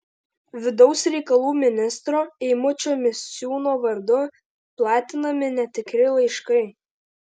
vidaus reikalų ministro eimučio misiūno vardu platinami netikri laiškai